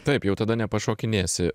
taip jau tada nepašokinėsi